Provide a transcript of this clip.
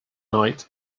night